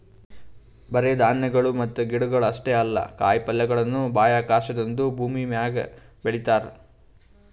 ಬರೇ ಧಾನ್ಯಗೊಳ್ ಮತ್ತ ಗಿಡಗೊಳ್ ಅಷ್ಟೇ ಅಲ್ಲಾ ಕಾಯಿ ಪಲ್ಯಗೊಳನು ಬಾಹ್ಯಾಕಾಶದಾಂದು ಭೂಮಿಮ್ಯಾಗ ಬೆಳಿತಾರ್